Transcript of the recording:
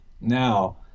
now